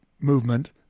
movement